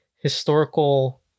historical